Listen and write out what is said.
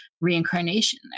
reincarnation